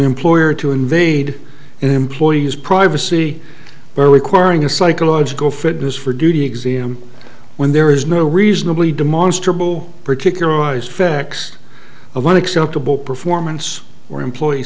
employer to invade and employees privacy by requiring a psychological fitness for duty exam when there is no reasonably demonstrably particularized facts of one acceptable performance or employee